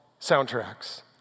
Soundtracks